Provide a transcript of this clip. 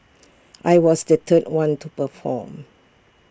I was the third one to perform